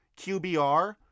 QBR